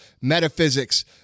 metaphysics